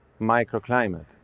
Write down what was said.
microclimate